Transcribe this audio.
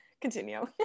continue